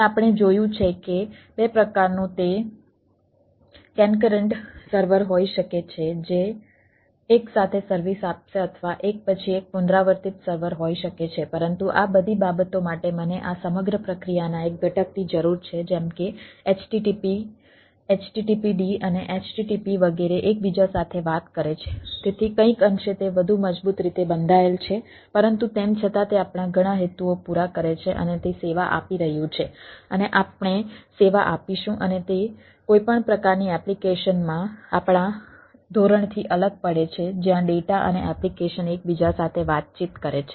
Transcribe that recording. અને આપણે જોયું છે કે 2 પ્રકારનું તે કેનકરન્ટ અને એપ્લિકેશન એકબીજા સાથે વાતચીત કરે છે